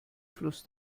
fluss